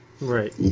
right